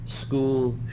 school